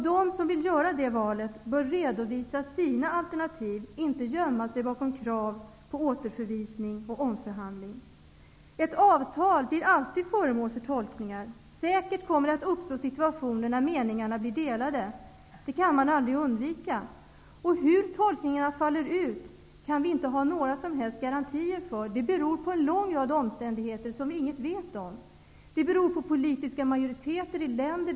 De som vill göra det valet bör redovisa sina alternativ och inte gömma sig bakom krav på återförvisning och omförhandling. Ett avtal blir alltid föremål för tolkningar. Säkert kommer det att uppstå situationer där meningarna är delade. Det kan man aldrig undvika. Hur tolkningarna faller ut kan vi inte få några som helst garantier för. Det beror på en lång rad omständigheter som vi inte vet något om. Det beror på politiska majoriteter i olika länder.